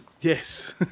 yes